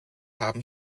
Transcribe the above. haben